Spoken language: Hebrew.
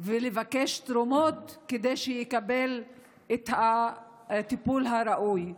ולבקש תרומות, כדי שיקבל את הטיפול הראוי.